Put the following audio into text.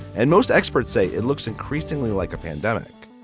and most experts say it looks increasingly like a pandemic